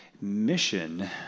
mission